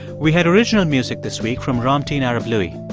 we had original music this week from ramtin arablouei.